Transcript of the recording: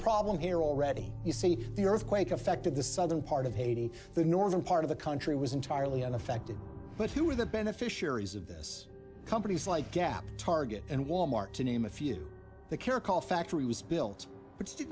problem here already you see the earthquake affected the southern part of haiti the northern part of the country was entirely unaffected but who are the beneficiaries of this companies like gap target and wal mart to name a few the care call factory was built but